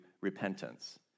repentance